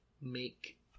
make